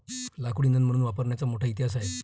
लाकूड इंधन म्हणून वापरण्याचा मोठा इतिहास आहे